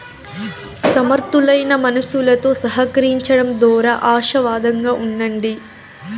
సమర్థులైన మనుసులుతో సహకరించడం దోరా ఆశావాదంగా ఉండండి